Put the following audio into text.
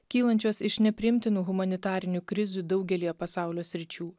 kylančios iš nepriimtinų humanitarinių krizių daugelyje pasaulio sričių